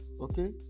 Okay